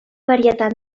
varietat